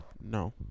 No